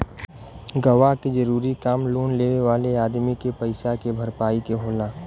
गवाह के जरूरी काम लोन लेवे वाले अदमी के पईसा के भरपाई के होला